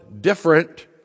different